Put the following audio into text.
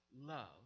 love